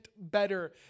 better